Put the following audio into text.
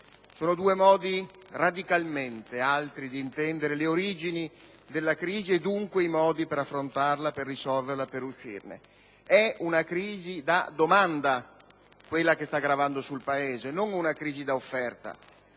Sono due modi radicalmente diversi di intendere le origini della crisi e, dunque, i modi per affrontarla, per risolverla e per uscirne. È una crisi da domanda quella che sta gravando sul Paese, non una crisi da offerta.